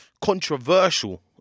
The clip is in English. Controversial